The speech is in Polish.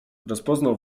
rozpoznał